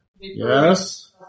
Yes